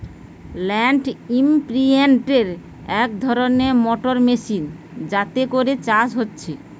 land ইমপ্রিন্টের এক ধরণের মোটর মেশিন যাতে করে চাষ হচ্ছে